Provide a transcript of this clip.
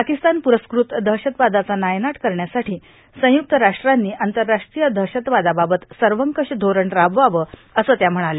पाकिस्तान पुरस्क्रत दहशतवादाचा नायनाट करण्यासाठी संयुक्त राष्ट्रांनी आंतरराष्ट्रीय दहशतवादाबाबत सर्वंकष धोरण राबवावं असं त्या म्हणाल्या